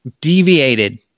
deviated